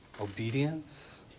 Obedience